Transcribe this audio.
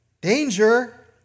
Danger